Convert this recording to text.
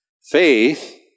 Faith